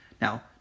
Now